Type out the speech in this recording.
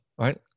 right